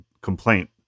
complaint